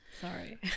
Sorry